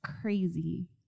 crazy